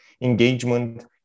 Engagement